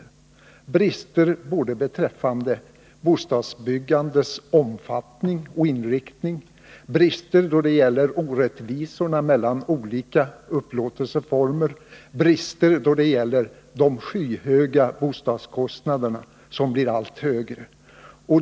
Det gäller brister både beträffande bostadsbyggandets omfattning och beträffande dess inriktning, brister i form av orättvisor mellan olika boendeformer och brister som visar sig i skyhöga boendekostnader som blir allt högre.